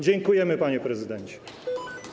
Dziękujemy, panie prezydencie.